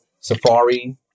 Safari